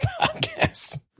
podcast